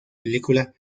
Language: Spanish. película